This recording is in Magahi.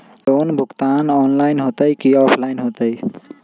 लोन भुगतान ऑनलाइन होतई कि ऑफलाइन होतई?